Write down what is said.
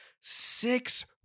six